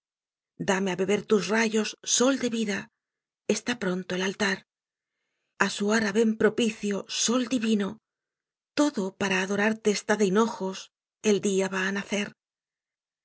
dame á beber tus rayos sol de vida está pronto el altar a su ara ven propicio sol divino todo para adorarte está de hinojos el día va á nacer